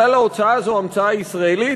כלל ההוצאה זו המצאה ישראלית,